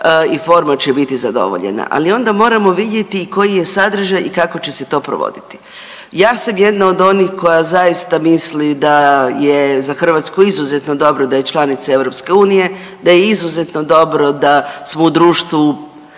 i forma će biti zadovoljena. Ali onda moramo vidjeti i koji je sadržaj i kako će se to provoditi. Ja sam jedna od onih koja zaista misli da je za Hrvatsku izuzetno dobro da je članica EU, da je izuzetno dobro da smo u društvu